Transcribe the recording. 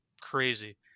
crazy